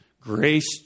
grace